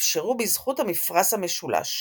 התאפשרו בזכות המפרש המשולש.